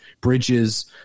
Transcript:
bridges